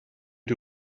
die